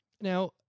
Now